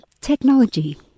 technology